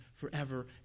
forever